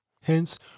Hence